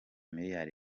miliyari